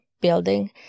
building